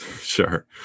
Sure